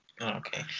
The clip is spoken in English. Okay